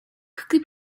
quickly